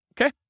Okay